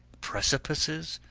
precipices,